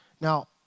Now